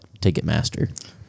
Ticketmaster